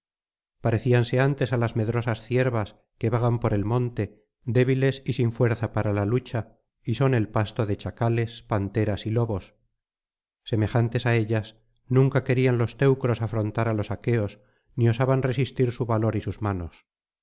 parecíanse antes á las medrosas ciervas que vagan por el monte débiles y sin fuerza parala lucha y son el pasto de chacales panterasy lobos semejantes á ellas nunca querían los teucros afrontar á los aqueos ni osaban resistir su valor y sus manos